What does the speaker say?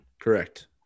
Correct